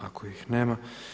Ako ih nema.